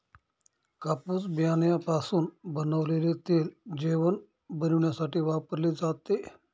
कापूस बियाण्यापासून बनवलेले तेल जेवण बनविण्यासाठी वापरले जाते